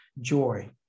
joy